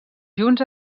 junts